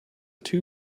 two